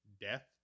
Death